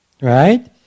right